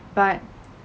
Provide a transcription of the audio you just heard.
but